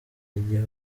igihe